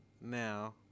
now